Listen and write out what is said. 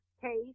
case